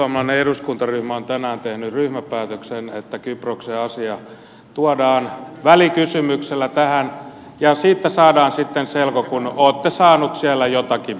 perussuomalainen eduskuntaryhmä on tänään tehnyt ryhmäpäätöksen että kyproksen asia tuodaan välikysymyksellä tähän ja siitä saadaan sitten selko kun olette saaneet siellä jotakin päätettyä